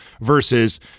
versus